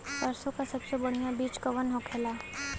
सरसों का सबसे बढ़ियां बीज कवन होखेला?